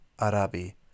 Arabi